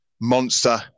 monster